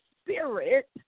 spirit